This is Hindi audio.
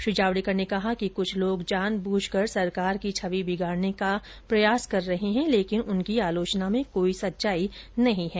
श्री जावडेकर ने कहा कि क्छ लोग जानबूझकर सरकार की छवि बिगाड़ने का प्रयास कर रहे हैं लेकिन उनकी आलोचना में कोई सच्चाई नहीं है